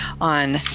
on